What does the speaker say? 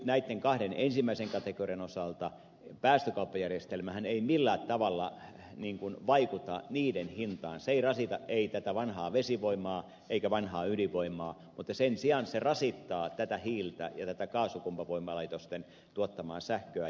näitten kahden ensimmäisen kategorian osaltahan päästökauppajärjestelmä ei millään tavalla vaikuta niiden hintaan se ei rasita tätä vanhaa vesivoimaa eikä vanhaa ydinvoimaa mutta sen sijaan se rasittaa tätä hiiltä ja tätä kaasuvoimalaitosten tuottamaa sähköä